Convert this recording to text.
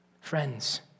Friends